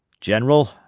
general,